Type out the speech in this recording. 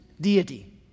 deity